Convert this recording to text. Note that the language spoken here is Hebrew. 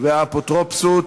והאפוטרופסות